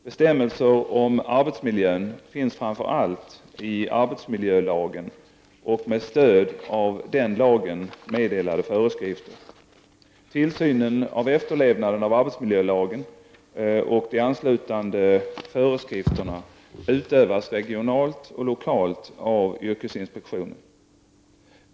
Bestämmelser om arbetsmiljön finns framför allt i arbetsmiljölagen och med stöd av den lagen meddelade föreskrifter. Tillsynen av efterlevnaden av arbetsmiljölagen och de anslutande föreskrifterna utövas regionalt och lokalt av yrkesinspektionen.